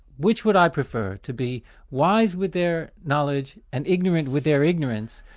which would i prefer? to be wise with their knowledge, and ignorant with their ignorance,